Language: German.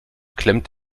klemmt